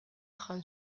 jan